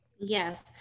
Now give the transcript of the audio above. Yes